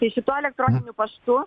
tai šituo elektroniniu paštu